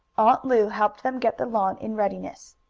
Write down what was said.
aunt lu helped them get the lawn in readiness.